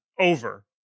over